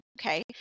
okay